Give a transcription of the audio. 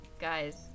guys